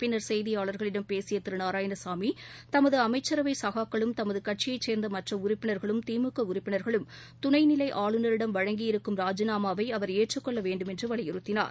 பின்னர் செய்தியாளர்களிடம் பேசிய திரு நாராயணசாமி தமது அமைச்சரவை சகாக்களும் தமது கட்சியைச் கேர்ந்த மற்ற உறப்பினர்களும் திமுக உறப்பினர்களும் துணைநிலை ஆளுநரிடம் வழங்கி இருக்கும் ராஜிநாமாவை அவர் ஏற்றுக் கொள்ள வேண்டுமென்று வலியுறுத்தினார்